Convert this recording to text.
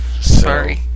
Sorry